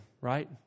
right